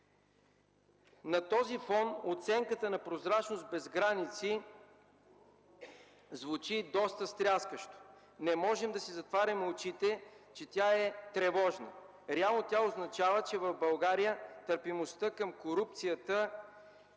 На този фон оценката на „Прозрачност без граници” звучи доста стряскащо. Не можем да си затваряме очите, че тя е тревожна. Реално тя означава, че в България търпимостта към корупцията не е